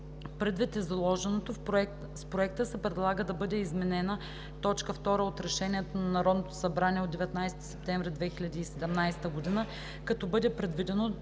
Предвид изложеното, с Проекта се предлага да бъде изменена т. ІІ от Решението на Народното събрание от 19 септември 2017 г., като бъде предвидено